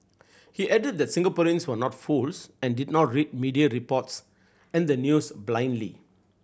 he added that Singaporeans were not fools and did not read media reports and the news blindly